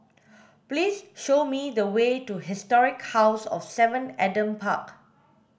please show me the way to Historic House of seven Adam Park